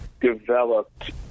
developed